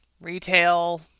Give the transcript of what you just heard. retail